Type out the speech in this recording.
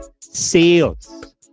sales